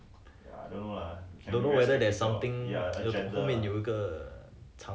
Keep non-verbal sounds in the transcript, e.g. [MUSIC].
[LAUGHS]